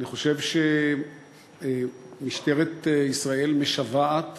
אני חושב שמשטרת ישראל משוועת